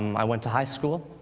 um i went to high school.